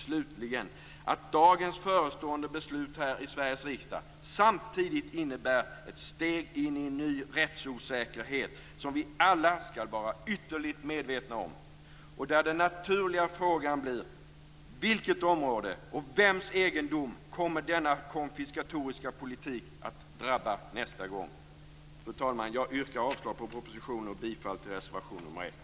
Slutligen: Dagens förestående beslut här i Sveriges riksdag innebär samtidigt ett steg in i en ny rättsosäkerhet som vi alla skall vara ytterligt medvetna om, och där den naturliga frågan blir vilket område och vems egendom denna konfiskatoriska politik kommer att drabba nästa gång. Fru talman! Jag yrkar avslag på propositionen och bifall till reservation nr 1.